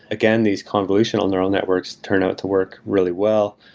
again, these convolutional neural networks turn out to work really well,